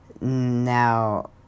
Now